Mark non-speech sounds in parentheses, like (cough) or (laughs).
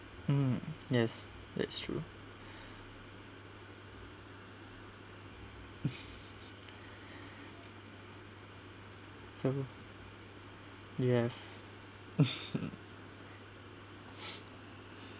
mm yes that's true (laughs) so you have (laughs)